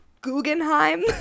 Guggenheim